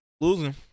Losing